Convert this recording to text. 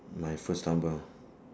my first stumble